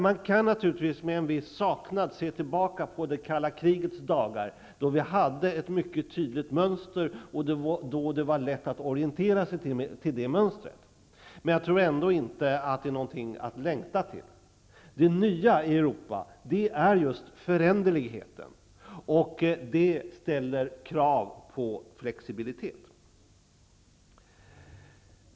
Man kan naturligtvis med en viss saknad se tillbaka på det kalla krigets dagar, då vi hade ett mycket tydligt mönster som det var lätt att orientera sig efter. Jag tror ändå inte att det är något att längta tillbaka till. Det nya i Europa är just föränderligheten, och det ställer krav på flexibilitet.